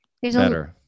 Better